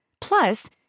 plus